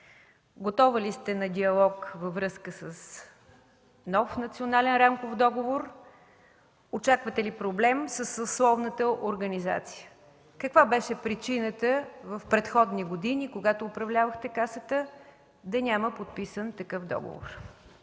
Готова ли сте на диалог във връзка с нов Национален рамков договор? Очаквате ли проблем със съсловната организация? Каква беше причината в предходни години, когато управлявахте Касата, да няма подписан такъв договор?